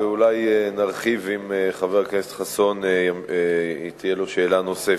ואולי נרחיב אם לחבר הכנסת חסון תהיה שאלה נוספת.